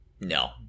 No